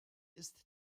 ist